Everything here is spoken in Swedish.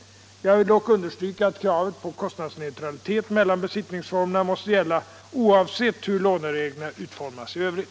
Jag vill dock understryka att kravet på kapitalkostnadsneutralitet mellan besittningsformerna måste gälla oavsett hur lånereglerna utformas i övrigt.